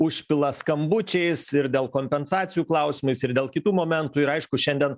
užpila skambučiais ir dėl kompensacijų klausimais ir dėl kitų momentų ir aišku šiandien